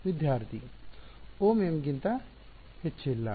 ವಿದ್ಯಾರ್ಥಿ Ωm ಗಿಂತ ಹೆಚ್ಚಿಲ್ಲ